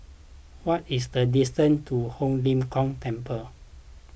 what is the distance to Ho Lim Kong Temple